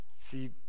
See